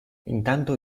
intanto